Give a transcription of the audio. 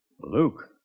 Luke